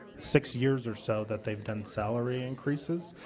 six years or so that they've done salary increases,